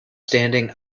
standing